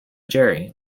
jerry